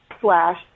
slash